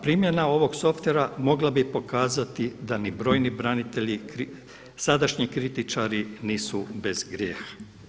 Primjena ovog softwarea mogla bi pokazati da ni brojni branitelji, sadašnji kritičari nisu bez grijeha.